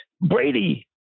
Brady